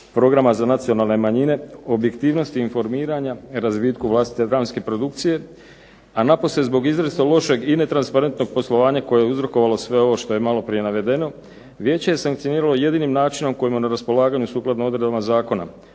programa za nacionalne manjine, objektivnosti informiranja razvitku vlastite … produkcije, a napose zbog izrazito lošeg i netransparentnog poslovanja koje je uzrokovalo sve ovo što je maloprije navedeno vijeće je sankcioniralo jedinim načinom koje mu je na raspolaganju sukladno odredbama zakona